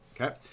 Okay